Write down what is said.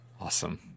Awesome